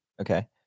Okay